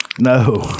No